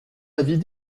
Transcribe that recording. avis